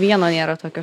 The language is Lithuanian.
vieno nėra tokio